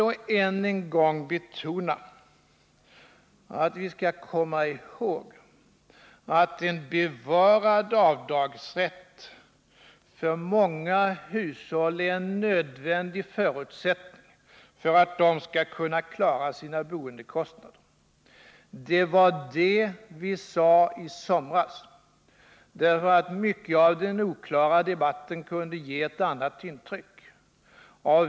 Låt mig än en gång betona att vi skall komma ihåg att en bevarad avdragsrätt är en för många hushåll nödvändig förutsättning för att klara boendekostnaderna. Detta framhöll vi i somras, eftersom mycket i den oklara debatten kunde ge ett annat intryck.